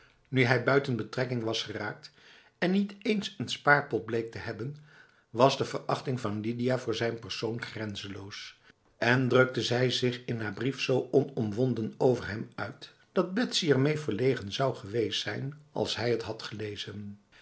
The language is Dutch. nu hij buiten betrekking was geraakt en niet eens n spaarpot bleek te hebben was de verachting van lidia voor zijn persoon grenzeloos en drukte zij zich in haar brief zo onomwonden over hem uit dat betsy ermee verlegen zou geweest zijn als hij t had gelezen